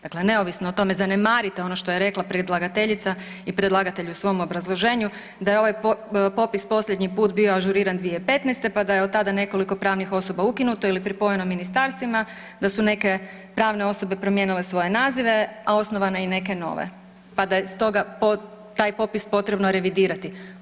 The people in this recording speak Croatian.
Dakle, neovisno o tome, zanemarite ono što je rekla predlagateljica i predlagatelj u svom obrazloženju da je ovaj popis posljednji put bio ažuriran 2015., pa da je otada nekoliko pravnih osoba ukinuto ili pripojeno ministarstvima, da su neke pravne osobe promijene svoje nazive, a osnovane i neke nove, pa da je stoga taj popis potrebno revidirati.